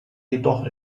jedoch